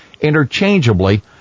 interchangeably